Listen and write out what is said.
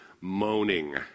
moaning